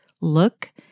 look